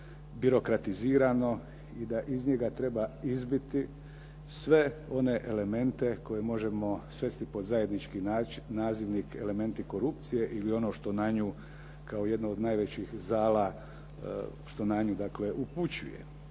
sporo, birokratizirano i da iz njega treba izbiti sve one elemente koje možemo svesti pod zajednički nazivnik elementi korupcije ili ono što na nju kao jedno od najvećih zala, što na nju dakle upućuje.